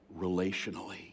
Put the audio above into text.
relationally